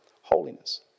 holiness